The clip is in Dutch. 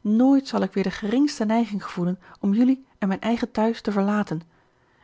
nooit zal ik weer de geringste neiging gevoelen om jelui en mijn eigen thuis te verlaten